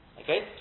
Okay